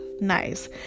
nice